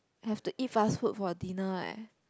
have to eat fast food for a dinner right